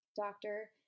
doctor